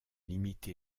limitée